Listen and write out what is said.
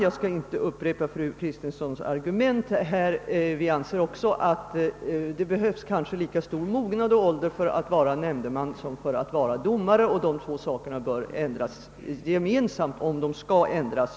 Jag skall inte upprepa fru Kristenssons argument här. Vi anser också att det behövs kanske lika stor mognad och ålder för att vara nämndeman som för att vara domare och att åldern för såväl domare som nämndeman bör ändras på samma gång, om därvidlag skall göras en ändring.